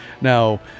Now